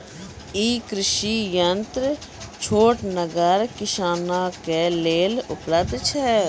ई कृषि यंत्र छोटगर किसानक लेल उपलव्ध छै?